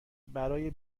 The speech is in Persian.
برای